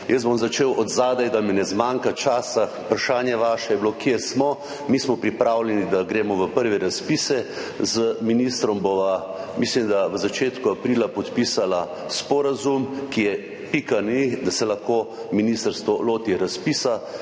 Začel bom od zadaj, da mi ne zmanjka časa. Vaše vprašanje je bilo, kje smo. Mi smo pripravljeni, da gremo v prve razpise. Z ministrom bova, mislim, da v začetku aprila, podpisala sporazum, ki je pika na i, da se lahko ministrstvo loti razpisa.